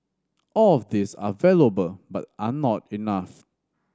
all of these are valuable but are not enough